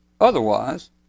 otherwise